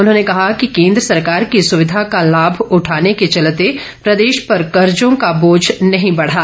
उन्होंने कहा कि केंद्र सरकार की सुविधा का लाभ उठाने के चलते प्रदेश पर कर्जो का बोझ नहीं बढ़ा